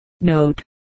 Note